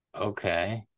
Okay